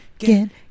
Again